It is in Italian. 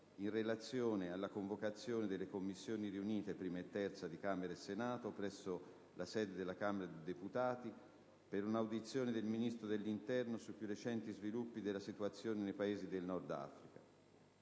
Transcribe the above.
in relazione alla convocazione delle Commissioni congiunte 1a e 3a di Camera e Senato, presso la sede della Camera dei deputati, per un'audizione del Ministro dell'interno sui più recenti sviluppi della situazione nei Paesi del Nord Africa.